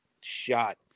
shot